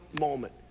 moment